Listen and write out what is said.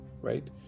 right